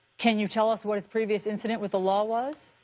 can you tell us what his previous incident with the law was?